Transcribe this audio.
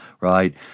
Right